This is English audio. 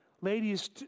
ladies